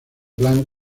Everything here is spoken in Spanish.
plan